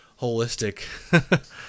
holistic